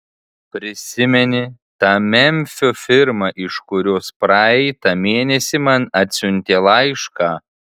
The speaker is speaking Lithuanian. prisimeni tą memfio firmą iš kurios praeitą mėnesį man atsiuntė laišką